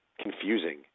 confusing